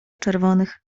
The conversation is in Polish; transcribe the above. czerwonych